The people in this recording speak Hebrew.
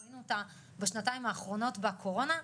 ראינו בשנתיים האחרונות בקורונה,